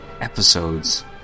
episodes